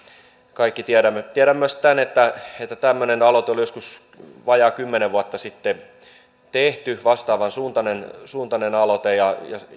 kaikki tiedämme tiedän myös tämän että tämmöinen aloite oli joskus vajaa kymmenen vuotta sitten tehty vastaavan suuntainen suuntainen aloite ja